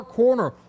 corner